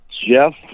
Jeff